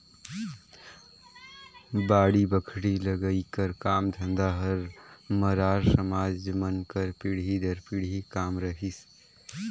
बाड़ी बखरी लगई कर काम धंधा हर मरार समाज मन कर पीढ़ी दर पीढ़ी काम रहिस